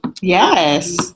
Yes